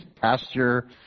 pasture